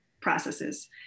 processes